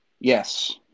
yes